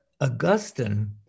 Augustine